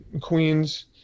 Queens